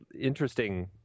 interesting